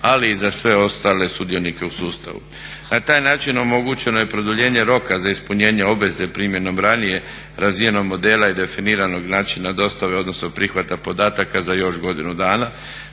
ali i za sve ostale sudionike u sustavu. Na taj način omogućeno je produljenje roka za ispunjenje obveze primjenom ranije razvijenog modela i definiranog načina dostave odnosno prihvata podataka za još godinu dana.